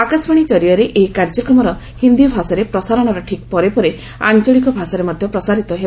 ଆକାଶବାଣୀ କରିଆରେ ଏହି କାର୍ଯ୍ୟକ୍ରମର ହିନ୍ଦି ଭାଷାରେ ପ୍ରସାରଣର ଠିକ୍ ପରେ ପରେ ଆଞ୍ଚଳିକ ଭାଷାରେ ମଧ୍ୟ ପ୍ରସାରିତ ହେବ